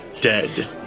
dead